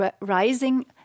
rising